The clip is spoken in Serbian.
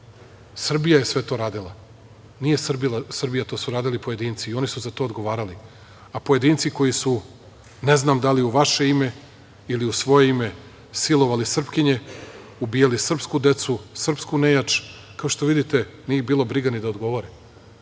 Srbija je sve to radila. Nije Srbija, to su uradili pojedinci i oni su za to odgovarali, a pojedinci koji su ne znam da li u vaše ime ili u svoje ime silovali Srpkinje, ubijali srpsku decu, srpsku nejač, kao što vidite, nije ih bilo briga ni da odgovore. Tri